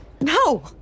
No